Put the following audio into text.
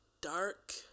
dark